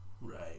Right